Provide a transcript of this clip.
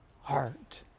heart